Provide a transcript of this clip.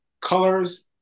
colors